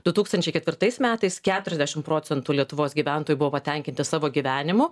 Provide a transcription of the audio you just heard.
du tūkstančiai ketvirtais metais keturiasdešimt procentų lietuvos gyventojų buvo patenkinti savo gyvenimu